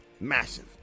Massive